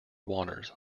waters